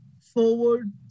forward